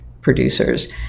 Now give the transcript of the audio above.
producers